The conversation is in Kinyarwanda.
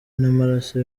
n’amaraso